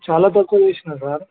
చాలా తక్కువే తీసుకున్నా సార్